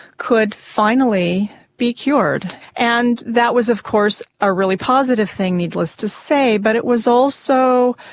could finally be cured. and that was of course a really positive thing, needless to say, but it was also,